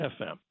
FM